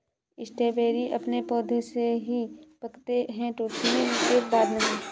strawberry अपने पौधे में ही पकते है टूटने के बाद नहीं